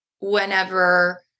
whenever